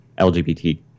LGBT